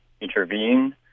intervene